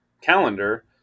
calendar